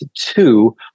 two